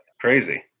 Crazy